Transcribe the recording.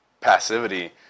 passivity